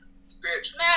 spiritual